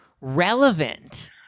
relevant